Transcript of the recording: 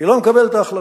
היא לא מקבלת את ההחלטות.